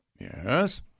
Yes